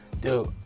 dude